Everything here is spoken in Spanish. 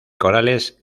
corales